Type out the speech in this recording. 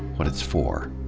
what it's for.